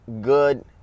good